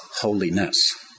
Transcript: holiness